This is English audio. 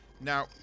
Now